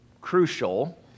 crucial